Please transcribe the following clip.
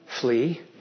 Flee